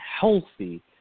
healthy